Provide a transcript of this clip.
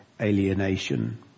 alienation